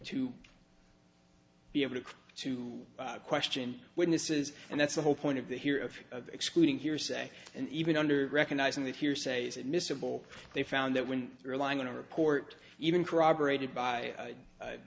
to be able to to question witnesses and that's the whole point of that here of excluding hearsay and even under recognizing the hearsays admissible they found that when they're lying in a report even corroborated by